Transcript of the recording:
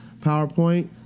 powerpoint